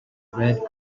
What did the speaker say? red